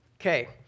Okay